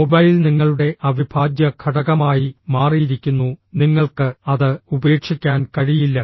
mobile നിങ്ങളുടെ അവിഭാജ്യ ഘടകമായി മാറിയിരിക്കുന്നു നിങ്ങൾക്ക് അത് ഉപേക്ഷിക്കാൻ കഴിയില്ല